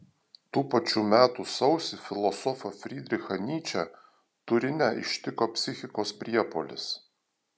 tų pačių metų sausį filosofą frydrichą nyčę turine ištiko psichikos priepuolis